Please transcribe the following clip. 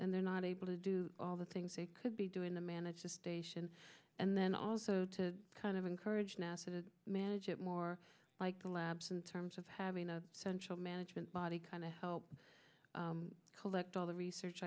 and they're not able to do all the things they could be doing the manage the station and then also to kind of encourage nasa to manage it more like the labs in terms of having a central management body kind of help collect all the research